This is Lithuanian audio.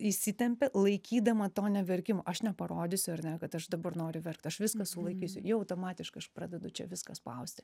įsitempia laikydama to neverkimu aš neparodysiu ar ne kad aš dabar noriu verkt aš vis sulaikysiu jau automatiškai aš pradedu čia viską spausti